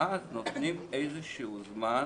אז ייתנו איזשהו זמן,